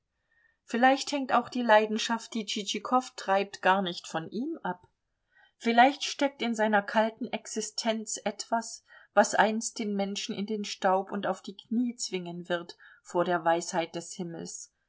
vielleicht hängt auch die leidenschaft die tschitschikow treibt gar nicht von ihm ab vielleicht steckt in seiner kalten existenz etwas was einst den menschen in den staub und auf die knie zwingen wird vor der weisheit des himmels